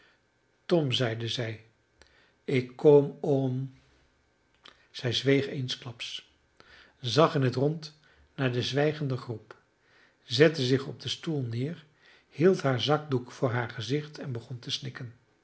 tom zeide zij ik kom om zij zweeg eensklaps zag in het rond naar de zwijgende groep zette zich op den stoel neer hield haar zakdoek voor haar gezicht en begon te snikken